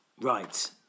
right